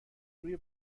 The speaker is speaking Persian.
روی